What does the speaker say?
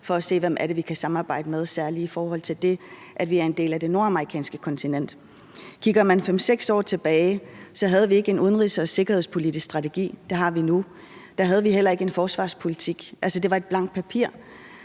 for at se, hvem det er, vi kan samarbejde med, særlig i forhold til det, at vi er en del af det nordamerikanske kontinent. Kigger man 5-6 år tilbage, havde vi ikke en udenrigs- og sikkerhedspolitisk strategi. Det har vi nu. Der havde vi heller ikke en forsvarspolitik. Altså, det var et blankt papir.